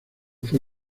fue